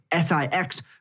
SIX